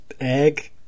Egg